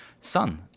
sun